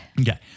Okay